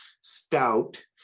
stout